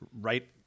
right